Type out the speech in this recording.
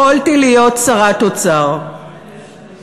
יכולתי להיות שרת האוצר במקומך.